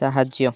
ସାହାଯ୍ୟ